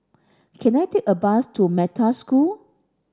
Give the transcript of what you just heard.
can I take a bus to Metta School